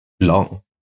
long